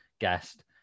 guest